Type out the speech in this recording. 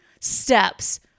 steps